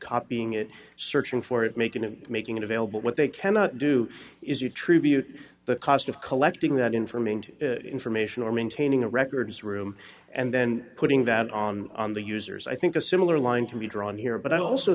copying it searching for it making it making it available what they cannot do is you tribute the cost of collecting that information to information or maintaining a records room and then putting that on the users i think a similar line can be drawn here but i also